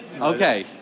Okay